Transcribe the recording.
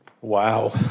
Wow